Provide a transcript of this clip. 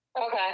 Okay